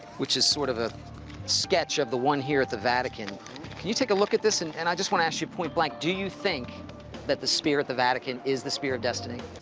which is sort of a sketch of the one here at the vatican. can you take a look at this? and and i just want to ask you point blank do you think that the spear at the vatican is the spear of destiny?